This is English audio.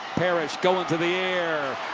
parrish going to the air.